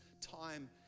time